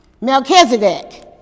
Melchizedek